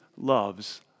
loves